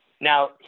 Now